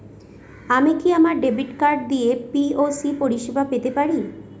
আমি কি আমার ডেবিট কার্ড দিয়ে পি.ও.এস পরিষেবা পেতে পারি?